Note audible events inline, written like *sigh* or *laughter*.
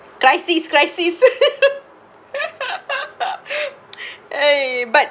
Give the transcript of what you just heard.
crisis crisis *laughs* hey but